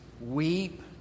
weep